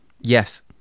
Yes